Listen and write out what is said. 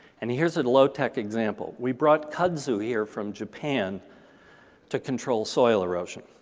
and here's a low tech example. we brought kudzu here from japan to control soil erosion.